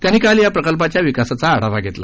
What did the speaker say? त्यांनी काल या प्रकल्पाच्या विकासाचा आढावा घेतला